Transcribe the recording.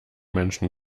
menschen